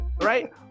right